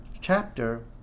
chapter